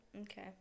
Okay